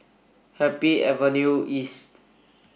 Happy Avenue East